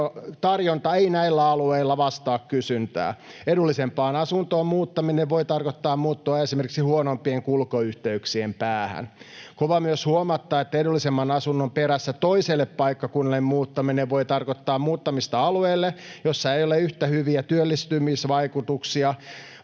tarjonta ei näillä alueilla vastaa kysyntää. Edullisempaan asuntoon muuttaminen voi tarkoittaa muuttoa esimerkiksi huonompien kulkuyhteyksien päähän. KOVA myös huomauttaa, että edullisemman asunnon perässä toiselle paikkakunnalle muuttaminen voi tarkoittaa muuttamista alueelle, jossa ei ole yhtä hyviä työllistymismahdollisuuksia,